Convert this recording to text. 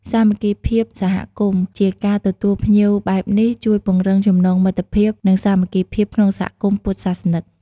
វាបង្កើតបរិយាកាសកក់ក្តៅ និងការយកចិត្តទុកដាក់គ្នាទៅវិញទៅមក ដែលជាមូលដ្ឋានគ្រឹះនៃសន្តិភាព និងភាពសុខដុមរមនាក្នុងសង្គម។